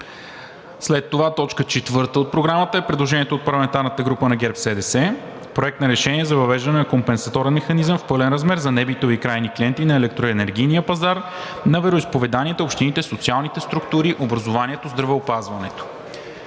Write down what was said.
съвет от 31 декември 2021 г. 4. Предложение от парламентарната група на ГЕРБ-СДС – Проект на решение за въвеждане на компенсаторен механизъм в пълен размер за небитови крайни клиенти на електроенергийния пазар на вероизповеданията, общините, социалните структури, образованието, здравеопазването.“